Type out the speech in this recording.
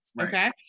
Okay